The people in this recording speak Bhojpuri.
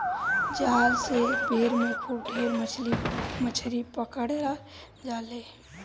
जाल से एक बेर में खूब ढेर मछरी पकड़ा जाले